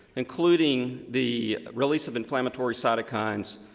including the release of inflammatory cytokines,